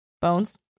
bones